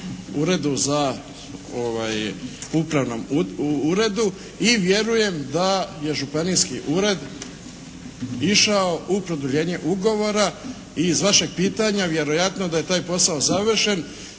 uredu, upravnom uredu i vjerujem da je županijski ured išao u produljenje ugovora. I iz vašeg pitanja vjerojatno da je taj posao završen